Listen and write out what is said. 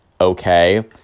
okay